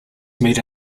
made